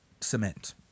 cement